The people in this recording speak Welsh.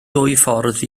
dwyffordd